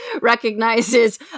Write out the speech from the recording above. recognizes